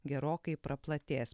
gerokai praplatės